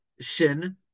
Shin